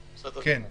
(ד)בסעיף זה,